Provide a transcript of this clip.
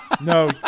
No